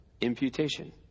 Imputation